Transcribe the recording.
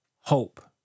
Hope